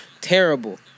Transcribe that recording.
terrible